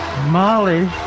Molly